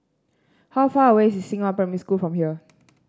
how far away is Xinghua Primary School from here